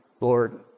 Lord